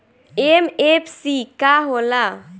MFC का होला?